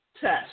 test